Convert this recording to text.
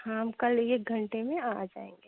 हाँ हम कल एक घंटे में आ जाएँगे